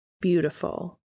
beautiful